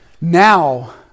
now